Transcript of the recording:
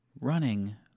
running